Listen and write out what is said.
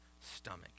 stomach